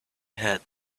had